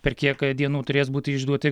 per kiek dienų turės būti išduoti